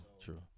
true